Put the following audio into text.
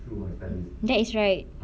that is right